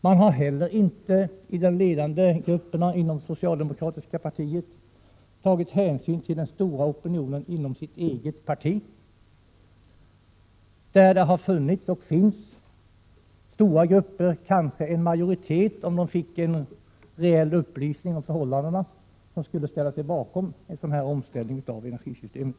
Man har heller inte i de ledande kretsarna inom det socialdemokratiska partiet tagit hänsyn till den stora opinionen inom sitt eget parti, där stora grupper — kanske en majoritet, om man fick en reell upplysning om förhållandena — skulle ställa sig bakom en sådan här omställning av energisystemet.